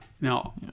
Now